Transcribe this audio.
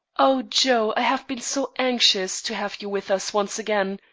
oh, joe, i have been so anxious to have you with us once again!